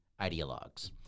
ideologues